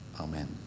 Amen